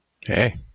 Hey